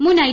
മുൻ ഐ